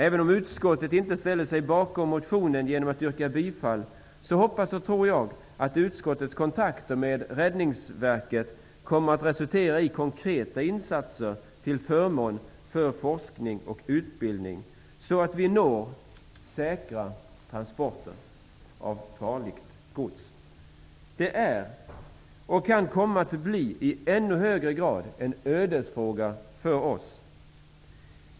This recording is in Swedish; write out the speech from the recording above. Även om utskottet inte ställer sig bakom motionen genom att yrka bifall, hoppas och tror jag att utskottets kontakter med Räddningsverket kommer att resultera i konkreta insatser till förmån för forskning och utbildning, så att vi når säkra transporter av farligt gods. Det är, och kan komma att bli i ännu högre grad, en ödesfråga för oss.